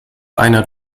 einer